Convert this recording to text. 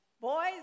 boys